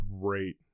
great